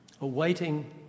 awaiting